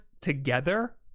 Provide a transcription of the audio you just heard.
together